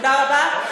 תודה רבה.